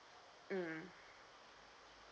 mm